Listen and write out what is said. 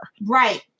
Right